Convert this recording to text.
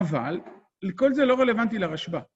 אבל, כל זה לא רלוונטי לרשב"א.